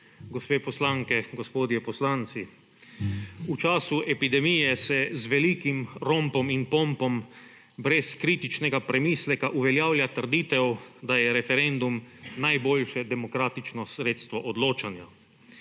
Gospe poslanke, gospodje poslanci! V času epidemije se z velikim rompom in pompom, brez kritičnega premisleka uveljavlja trditev, da je referendum najboljše demokratično sredstvo odločanja.